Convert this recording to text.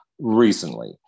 recently